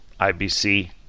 IBC